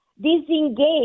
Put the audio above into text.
disengage